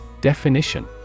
Definition